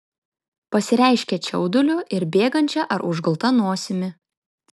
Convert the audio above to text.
pasireiškia čiauduliu ir bėgančia ar užgulta nosimi